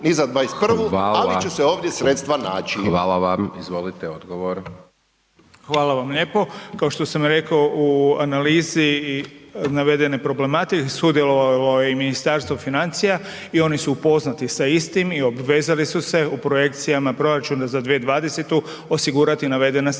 Hvala vam. Izvolite odgovor. **Beroš, Vili (HDZ)** Hvala vam lijepo. Kao što sam rekao u analizi i navedene problematike, sudjelovalo je Ministarstvo financija i oni su upoznati sa istim i obvezali su se u projekcijama proračuna za 2020. osigurati navedena